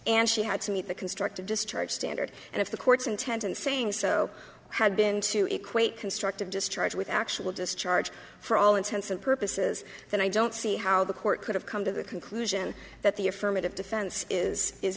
and she had to meet the constructive discharge standard and if the court's intent in saying so had been to equate constructive discharge with actual discharge for all intents and purposes then i don't see how the court could have come to the conclusion that the affirmative defense is is